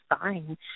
fine